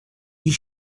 you